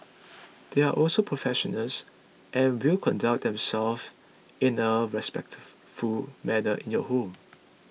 they are also professional and will conduct themselves in a respectful manner in your home